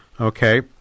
okay